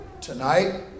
tonight